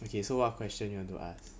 okay so what question you want to ask